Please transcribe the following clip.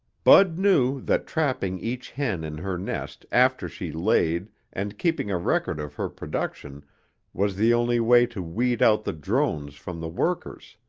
bud knew that trapping each hen in her nest after she laid and keeping a record of her production was the only way to weed out the drones from the workers.